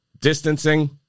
distancing